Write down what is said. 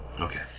Okay